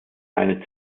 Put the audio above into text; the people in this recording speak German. eine